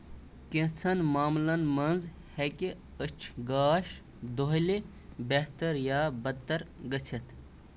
كینٛژن معاملن منٛز ہیٚکہِ أچھ گاش دوہلہِ بہتر یا بدتر گٔژِھتھ